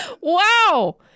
Wow